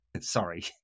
sorry